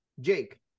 Jake